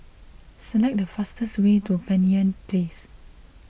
select the fastest way to Banyan Place